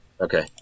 Okay